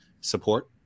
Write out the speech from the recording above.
support